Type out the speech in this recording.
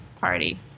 party